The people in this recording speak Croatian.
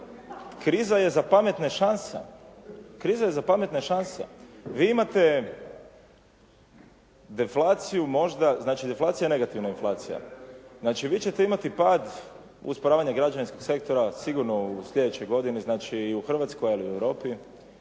Kriza je za pametne šansa. Vi imate deflaciju možda, znači deflacija je negativna inflacija. Znači, vi ćete imati pad usporavanja građevinskog sektora sigurno u sljedećoj godini, znači i u Hrvatskoj ali i u Europi